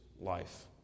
life